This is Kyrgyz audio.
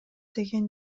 деген